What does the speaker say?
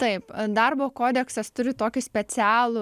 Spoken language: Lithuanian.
taip darbo kodeksas turi tokį specialų